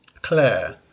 Claire